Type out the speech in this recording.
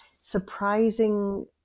surprising